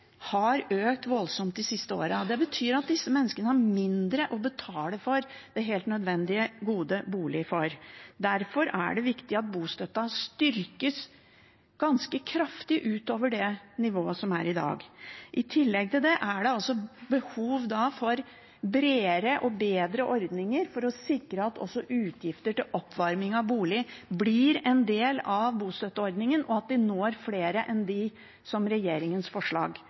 har økt voldsomt de siste årene. Det betyr at disse menneskene har mindre å betale helt nødvendige, gode boliger for. Derfor er det viktig at bostøtten styrkes ganske kraftig utover det nivået som er i dag. I tillegg til det er det behov for bredere og bedre ordninger for å sikre at også utgifter til oppvarming av bolig blir en del av bostøtteordningen, og at vi når flere enn dem som regjeringens forslag